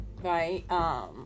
right